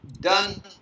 done